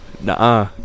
Nah